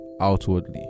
outwardly